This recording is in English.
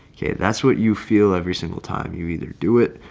okay, that's what you feel every single time you either do it,